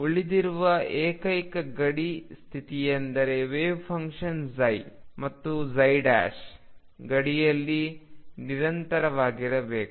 ಉಳಿದಿರುವ ಏಕೈಕ ಗಡಿ ಸ್ಥಿತಿಯೆಂದರೆ ವೆವ್ಫಂಕ್ಷನ್ ಮತ್ತು ಗಡಿಯಲ್ಲಿ ನಿರಂತರವಾಗಿರಬೇಕು